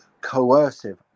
Coercive